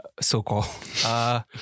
so-called